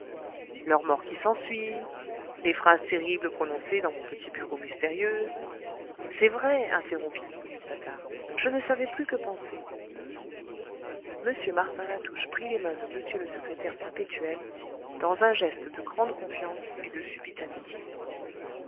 leur mort qui s'ensuit les phrases terribles prononcées dans mon petit bureau mystérieux c'est vrai interrompit hippolyte patard je ne savais plus que penser m martin latouche prit les mains de m le secrétaire perpétuel dans un geste de grande confiance et de subite amitié